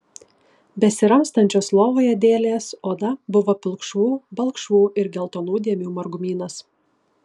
besiramstančios lovoje dėlės oda buvo pilkšvų balkšvų ir geltonų dėmių margumynas